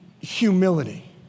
humility